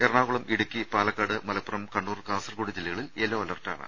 എറണാകുളം ഇടുക്കി പാലക്കാട് മലപ്പുറം കണ്ണൂർ കാസർകോട് ജില്ലകളിൽ യെല്ലോ അലർട്ടാണ്